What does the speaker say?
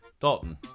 dalton